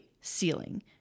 ceiling